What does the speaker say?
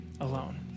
alone